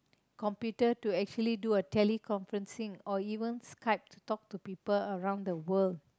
computer to actually to do a tele conferencing or even Skype to talk to people around the world